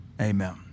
Amen